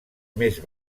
més